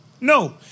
No